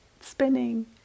spinning